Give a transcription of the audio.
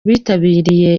bitabiriye